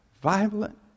Violent